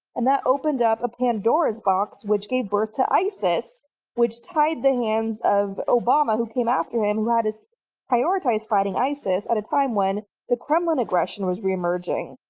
and that opened up a pandora's box, which gave birth to isis which tied the hands of obama who came after him, who had us prioritize fighting isis at a time when the kremlin aggression was reemerging.